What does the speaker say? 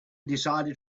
decided